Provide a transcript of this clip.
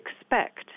expect